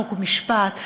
חוק ומשפט,